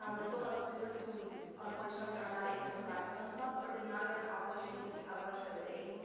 um this will help students who unfortunately are not able to provide for themselves or did not get an opportunity to have lunch for the day.